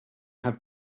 have